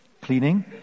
Cleaning